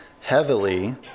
heavily